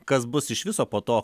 kas bus iš viso po to